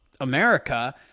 America